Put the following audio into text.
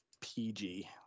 PG